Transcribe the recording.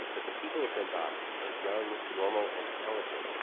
that the people of donbas are young, normal and talented